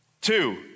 Two